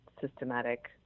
systematic